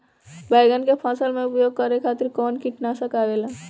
बैंगन के फसल में उपयोग करे खातिर कउन कीटनाशक आवेला?